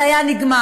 זה היה נגמר.